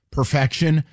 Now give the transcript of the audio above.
perfection